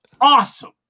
Awesome